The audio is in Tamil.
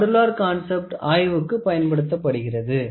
மாடுலர் கான்சப்ட் ஆய்வுக்கு பயன்படுத்தப்படுகிறது